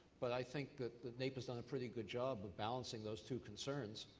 but i think that naep has done a pretty good job of balancing those two concerns,